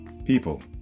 people